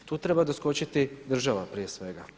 Tu treba doskočiti država prije svega.